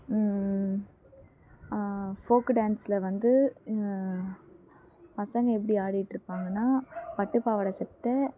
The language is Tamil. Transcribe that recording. ஃபோக்கு டான்சில் வந்து பசங்க எப்படி ஆடிட்டுருப்பாங்கன்னா பட்டு பாவாடை சட்டை